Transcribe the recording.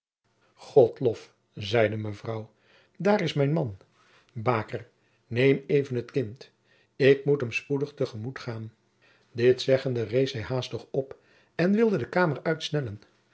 god lof riep mevrouw daar is mijn man baker neem even het kind ik moet hem spoedig te gemoet gaan dit zeggende rees zij haastig op en wilde de kamer uitsnellen